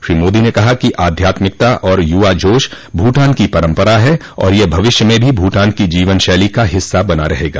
श्री मोदी ने कहा कि आध्यात्मिकता और यूवा जोश भूटान की परम्परा है और यह भविष्य में भी भूटान की जीवनशैली का हिस्सा बना रहेगा